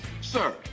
Sir